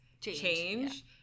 change